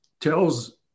tells